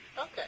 Okay